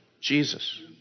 Jesus